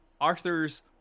Arthur's